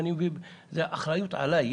האחריות עליי.